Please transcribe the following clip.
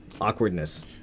awkwardness